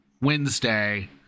wednesday